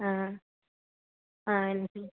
ആ ആ എല്ലാത്തിലും